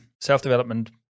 self-development